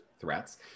threats